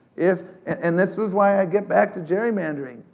if, and this is why i get back to gerrymandering,